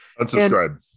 Unsubscribe